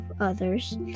others